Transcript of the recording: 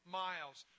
miles